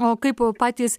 o kaip patys